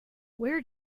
where